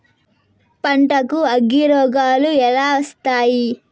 పంటకు అగ్గిరోగాలు ఎలా వస్తాయి?